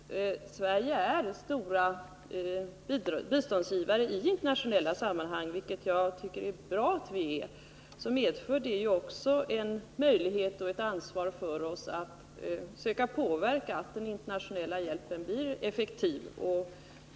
Herr talman! Sverige är en stor biståndsgivare i internationella sammanhang, vilket jag tycker är bra, och det medför också en möjlighet och ett ansvar för oss att söka påverka andra länder så att den internationella hjälpen blir effektiv.